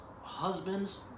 husbands